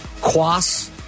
Quas